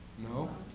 no?